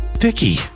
Vicky